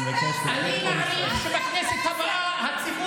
אני מצפצף על שר כזה.) מה זה?